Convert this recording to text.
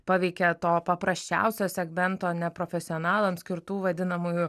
paveikė to paprasčiausio segmento neprofesionalams skirtų vadinamųjų